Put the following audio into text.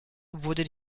wurde